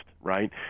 right